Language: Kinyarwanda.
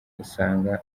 usanga